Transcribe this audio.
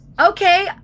Okay